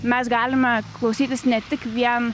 mes galime klausytis ne tik vien